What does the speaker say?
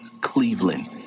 Cleveland